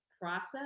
process